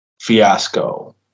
fiasco